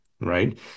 right